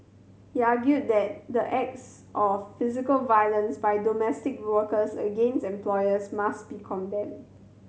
he argued that the acts of physical violence by domestic workers against employers must be condemned